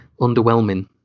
underwhelming